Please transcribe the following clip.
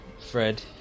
Fred